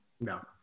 No